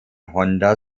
honda